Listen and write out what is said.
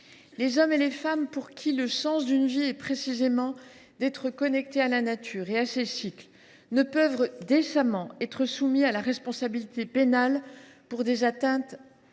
Les hommes et les femmes pour qui le sens d’une vie est précisément d’être connecté à la nature et à ses cycles ne peuvent décemment pas risquer des poursuites pénales pour des atteintes